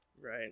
Right